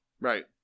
Right